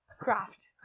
Craft